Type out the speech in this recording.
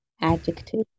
Adjective